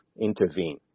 intervene